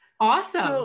Awesome